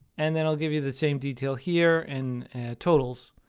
and then it'll give you the same detail here, and totals.